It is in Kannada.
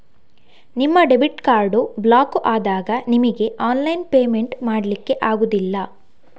ನಿಮ್ಮ ಡೆಬಿಟ್ ಕಾರ್ಡು ಬ್ಲಾಕು ಆದಾಗ ನಿಮಿಗೆ ಆನ್ಲೈನ್ ಪೇಮೆಂಟ್ ಮಾಡ್ಲಿಕ್ಕೆ ಆಗುದಿಲ್ಲ